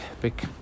big